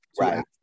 Right